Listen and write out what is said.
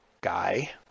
guy